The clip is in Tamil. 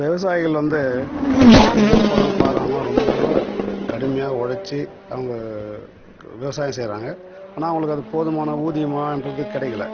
விவசாயிகள் வந்து இரவு பகல் பாராமல் ரொம்ப கடுமையாக உழைச்சு அவங்க விவசாயம் செய்கிறாங்க ஆனால் அவங்களுக்கு அது போதுமான ஊதியமான்றது கிடைக்கலை